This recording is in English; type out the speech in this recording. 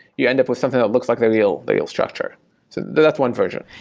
you end up with something that looks like the real the real structure. so that's one version.